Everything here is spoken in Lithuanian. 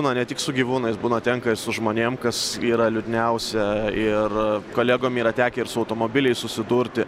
na ne tik su gyvūnais būna tenka ir su žmonėm kas yra liūdniausia ir kolegom yra tekę ir su automobiliais susidurti